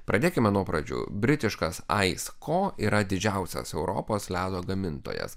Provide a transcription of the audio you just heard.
pradėkime nuo pradžių britiškas ais ko yra didžiausias europos ledo gamintojas